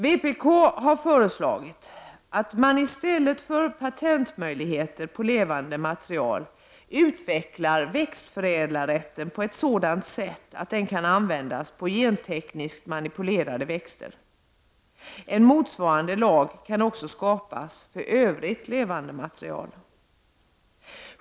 Vpk har föreslagit att man i stället för patentmöjligheter när det gäller levande material utvecklar växtförädlarrätten på ett sådant sätt att den kan användas på gentekniskt manipulerade växter. En motsvarande lag kan också skapas för övrigt levande material.